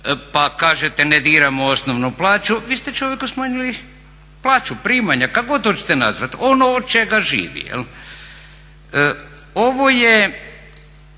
pa kažete ne diramo osnovnu plaću, vi ste čovjeku smanjili plaću, primanja, kako god hoćete nazvati, ono od čega živi. Ovo je